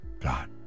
God